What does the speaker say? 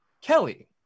Kelly